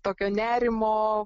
tokio nerimo